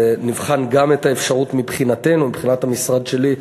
ונבחן גם את האפשרות מבחינתנו, מבחינת המשרד שלי,